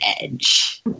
edge